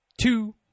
two